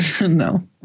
No